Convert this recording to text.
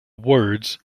words